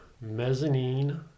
mezzanine